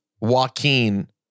Joaquin